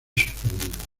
suspendido